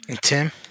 tim